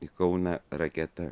į kauną raketa